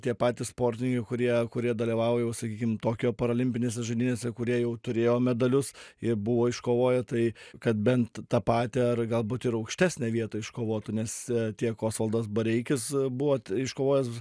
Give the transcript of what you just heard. tie patys sportininkai kurie kurie dalyvauja jau sakykim tokijo parolimpinėse žaidynėse kurie jau turėjo medalius jie buvo iškovoję tai kad bent tą patį ar galbūt ir aukštesnę vietą iškovotų nes tiek osvaldas bareikis buvo iškovojęs